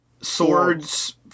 swords